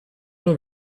nur